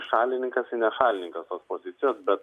šalininkas ir nešalininkas tos opozicijos bet